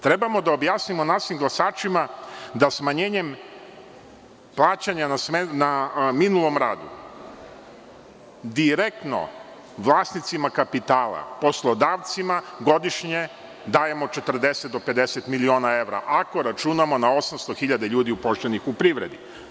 Treba da objasnimo našim glasačima da smanjenjem plaćanja na minulom rada direktno vlasnicima kapitala, poslodavcima, godišnje dajemo 40 do 50 miliona evra, ako računamo na 800 hiljada ljudi upošljenih u privredi.